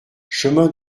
chemin